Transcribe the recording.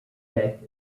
effect